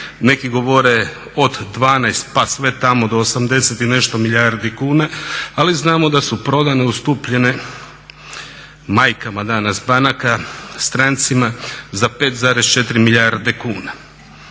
neki govore od 12 pa sve tamo do 80 i nešto milijardi kuna, ali znamo da su prodane ustupljene majkama danas banaka, strancima za 5,4 milijarde kuna.